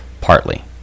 partly